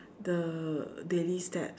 the daily steps